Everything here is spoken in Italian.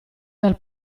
dal